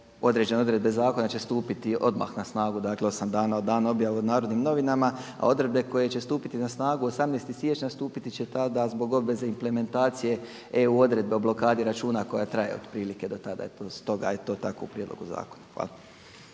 određene odredbe zakona će stupiti odmah na snagu, dakle osam dana od dana objave u Narodnim novinama, a odredbe koje će stupiti na snagu 18. siječnja stupiti će tada zbog obveze implementacije EU odredbe o blokadi računa koja traje otprilike do tada. Stoga je to tako u prijedlogu zakona. Hvala.